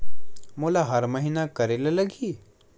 मोला हर महीना करे ल लगही?